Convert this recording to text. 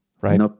right